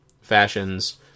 fashions